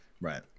right